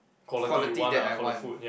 quality that I want